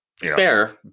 Fair